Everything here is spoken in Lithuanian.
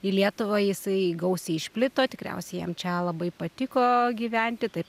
į lietuvą jisai gausiai išplito tikriausiai jam čia labai patiko gyventi taip